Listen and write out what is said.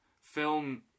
film